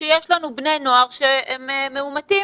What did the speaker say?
שיש לנו בני נוער שהם מאומתים,